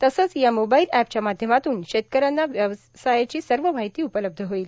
तसंच या मोबाईल एपच्या माध्यमातून शेतकऱ्यांना या व्यवसायाची सव मार्ाहती उपलब्ध होईल